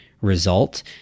result